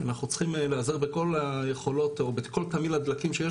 אנחנו צריכים להיעזר בכל תמהיל הדלקים שיש